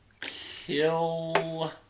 kill